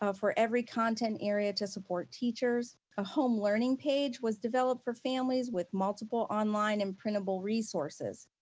ah for every content area to support teachers. a home learning page was developed for families with multiple online and printable resources.